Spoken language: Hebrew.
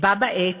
בה בעת